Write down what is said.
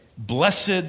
Blessed